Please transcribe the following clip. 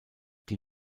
die